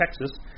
Texas